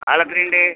ആൾ എത്ര ഉണ്ട്